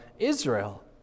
Israel